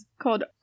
called